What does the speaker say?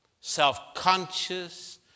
self-conscious